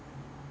hand foot mouth